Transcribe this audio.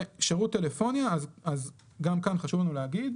שירות טלפוניה גם כאן חשוב לנו להגיד: